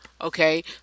okay